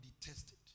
detested